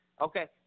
Okay